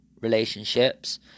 relationships